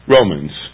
Romans